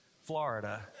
Florida